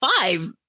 five